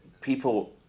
people